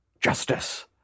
Justice